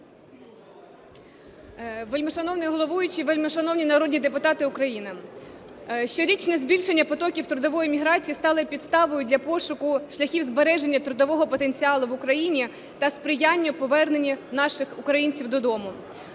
Вельмишановний головуючий, вельмишановні народні депутати України! Щорічне збільшення потоків трудової міграції стали підставою для пошуку шляхів збереження трудового потенціалу в Україні та сприяння поверненню наших українців додому.